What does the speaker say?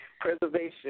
preservation